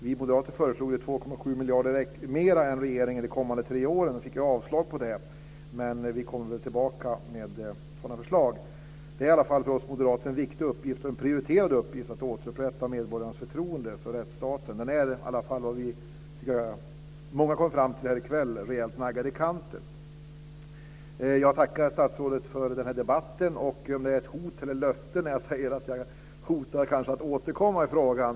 Vi moderater föreslog ju 2,7 miljarder mer än regeringen under de kommande tre åren och fick avslag på det. Men vi kommer väl tillbaka med sådana förslag. Det är i alla fall för oss moderater en viktig och prioriterad uppgift att återupprätta medborgarnas förtroende för rättsstaten. Det är i alla fall rejält naggat i kanten; det tycker jag att vi har kommit fram till här i kväll. Jag tackar statsrådet för den här debatten. Jag vet inte om det är ett hot eller ett löfte när jag säger att jag kanske återkommer i frågan.